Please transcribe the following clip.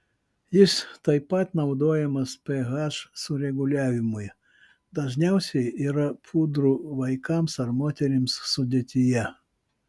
jis taip pat naudojamas ph sureguliavimui dažniausiai yra pudrų vaikams ar moterims sudėtyje